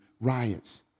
riots